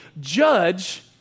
judge